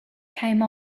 came